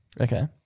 Okay